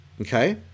okay